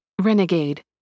Renegade